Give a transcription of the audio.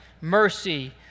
mercy